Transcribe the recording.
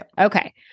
okay